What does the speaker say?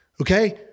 Okay